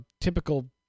typical